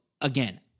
again